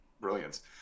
brilliance